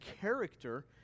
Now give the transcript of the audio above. character